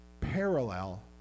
parallel